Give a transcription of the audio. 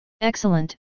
Excellent